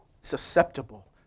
susceptible